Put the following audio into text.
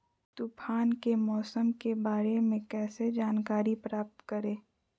तूफान के मौसम के बारे में कैसे जानकारी प्राप्त करें?